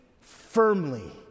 firmly